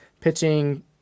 pitching